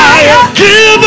Give